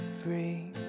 free